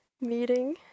meeting